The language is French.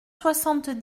soixante